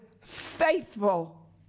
faithful